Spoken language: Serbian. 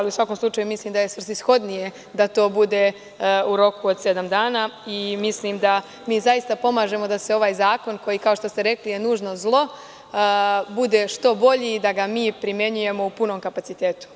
U svakom slučaju, mislim da je svrsishodnije da to bude u roku od sedam dana i mislim da mi zaista pomažemo da ovaj zakon, koji, kao što ste rekli, je nužno zlo, bude što bolji i da ga mi primenjujemo u punom kapacitetu.